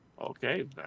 Okay